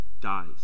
dies